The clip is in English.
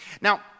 now